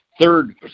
third